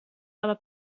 aber